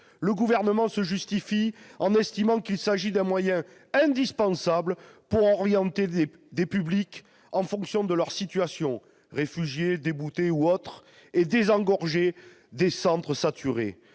Le Gouvernement se justifie en estimant qu'il s'agit d'un moyen indispensable pour orienter les publics en fonction de leur situation - réfugiés, déboutés ou autres - et désengorger des centres saturés.